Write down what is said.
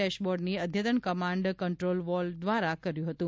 ડેશબોર્ડની અઘતન command control wall દ્વારા કર્યુ હતું